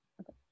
Okay